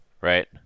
right